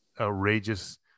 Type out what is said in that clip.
outrageous